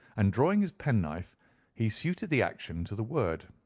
and drawing his penknife he suited the action to the word.